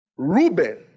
Reuben